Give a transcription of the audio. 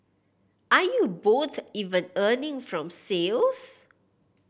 are you both even earning from sales